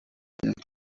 fàcil